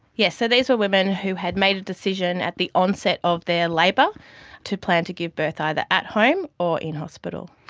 yes, so these were women who had made a decision at the onset of their labour to plan to give birth either at home or in hospital.